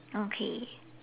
okay